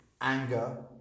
anger